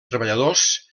treballadors